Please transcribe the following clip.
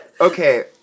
okay